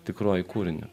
tikruoju kūriniu